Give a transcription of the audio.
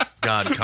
God